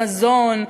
המזון,